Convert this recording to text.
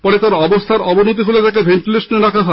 পরে তাঁর অবস্হার অবনতি হলে তাকে ভেন্টিলেশনে রাখা হয়